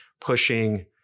pushing